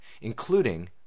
including